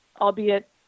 albeit